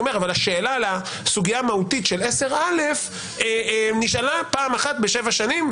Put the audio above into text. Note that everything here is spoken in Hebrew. אבל השאלה לסוגיה המהותית של 10א נשאלה פעם אחת בשבע שנים,